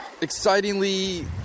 excitingly